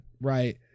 right